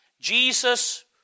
Jesus